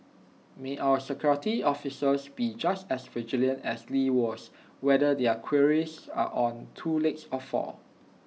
may our security officers be just as vigilant as lee was whether their quarries are on two legs or four